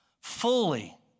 fully